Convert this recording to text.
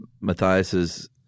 matthias's